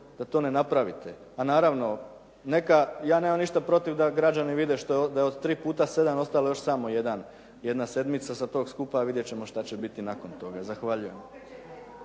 da to ne napravite, a naravno neka, ja nemam ništa protiv da građani vide da je od 3 puta 7 ostalo još samo jedan. Jedna sedmica sa tog skupa, a vidjeti ćemo što će biti nakon toga. Zahvaljujem.